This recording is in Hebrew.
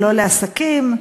ולא לעסקים,